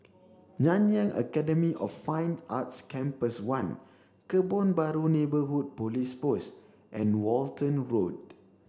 Nanyang Academy of Fine Arts Campus one Kebun Baru Neighbourhood Police Post and Walton Road